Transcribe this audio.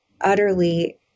utterly